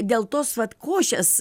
dėl tos vat košės